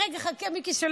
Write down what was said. רגע, חכה, מיקי,